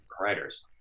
writers